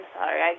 sorry